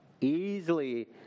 easily